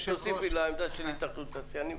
על עמדת התאחדות התעשיינים?